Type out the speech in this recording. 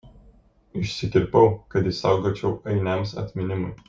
išsikirpau kad išsaugočiau ainiams atminimui